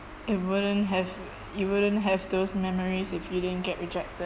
you wouldn't have you wouldn't have those memories if you didn't get rejected